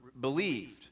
believed